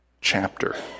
chapter